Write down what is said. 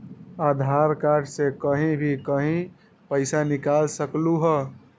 आधार card से कहीं भी कभी पईसा निकाल सकलहु ह?